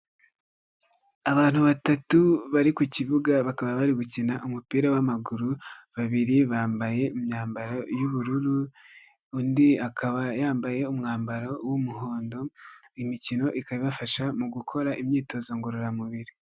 Abantu batatu bari ku kibuga bakaba bari gukina umupira w'amaguru, babiri bambaye imyambaro y'ubururu undi akaba yambaye umwambaro w'umuhondo, iyi mikino ikaba ibafasha mu gukora imyitozo ngororamubiri.